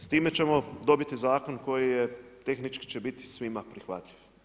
S time ćemo dobiti Zakon koji je tehnički će biti svima prihvatljiv.